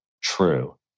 true